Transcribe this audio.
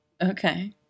Okay